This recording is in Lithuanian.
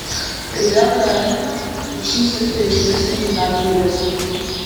ir vėl ta aimana tik šį sykį aiškesnė ir dar gailesnė